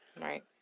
Right